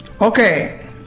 Okay